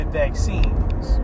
vaccines